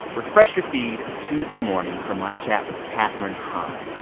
refresh your feed tuesday morning for my chat with kathryn hahn.